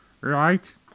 Right